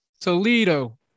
Toledo